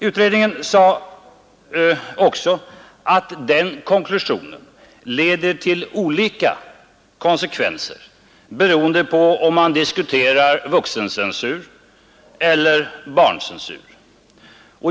Utredningen menade att den konklusionen leder till olika konsekvenser, beroende på om man diskuterar vuxencensur eller barncensur.